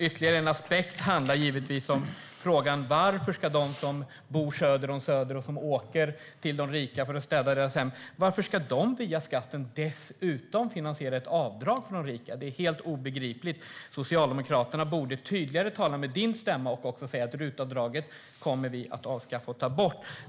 Ytterligare en aspekt handlar givetvis om frågan varför de som bor söder om Söder och som åker till de rika för att städa i deras hem via skatten dessutom ska finansiera ett avdrag för de rika. Det är helt obegripligt. Socialdemokraterna borde tydligare tala med Peter Perssons stämma och säga att RUT-avdraget kommer att avskaffas och tas bort.